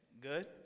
Good